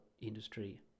industry